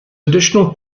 additional